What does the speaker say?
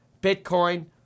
Bitcoin